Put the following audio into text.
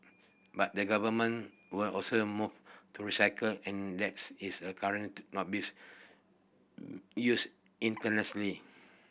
but the Government will also move to recycle and that's is a current not bees used